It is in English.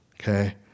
Okay